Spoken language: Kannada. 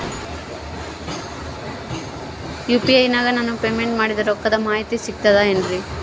ಯು.ಪಿ.ಐ ನಾಗ ನಾನು ಪೇಮೆಂಟ್ ಮಾಡಿದ ರೊಕ್ಕದ ಮಾಹಿತಿ ಸಿಕ್ತದೆ ಏನ್ರಿ?